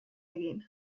egin